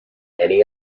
any